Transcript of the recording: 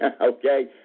okay